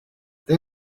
they